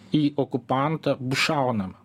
į okupantą bus šaunama